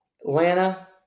Atlanta